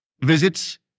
visits